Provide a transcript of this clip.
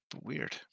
Weird